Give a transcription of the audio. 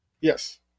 Yes